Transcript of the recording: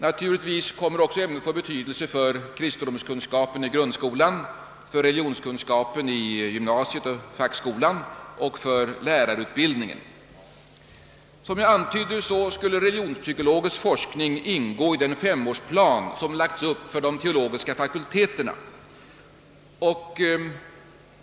Naturligtvis kommer ämnet även att få betydelse för kristendomskunskapen i grundskolan, för religionskunskapen i gymnasiet och fackskolan samt för lärarutbildningen. Som jag nyss antydde skulle religionspsykologisk forskning ingå i den femårsplan som lagts upp för de teologiska fakulteterna.